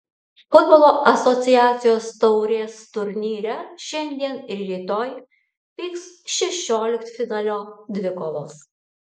futbolo asociacijos taurės turnyre šiandien ir rytoj vyks šešioliktfinalio dvikovos